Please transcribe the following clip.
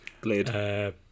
Blade